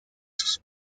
sus